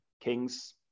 kings